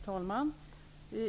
Herr talman!